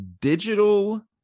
digital